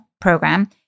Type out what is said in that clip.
program